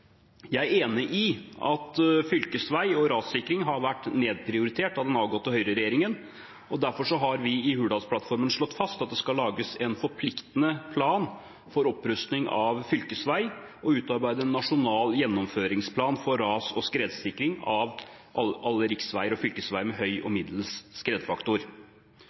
Jeg er enig i at fylkesvei og rassikring har vært nedprioritert av den avgåtte høyreregjeringen, og derfor har vi i Hurdalsplattformen slått fast at det skal lages en forpliktende plan for opprustning av fylkesveiene og utarbeides en nasjonal gjennomføringsplan for ras- og skredsikring av alle riksveier og fylkesveier med høy og middels skredfaktor.